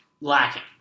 lacking